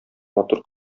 матур